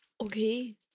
Okay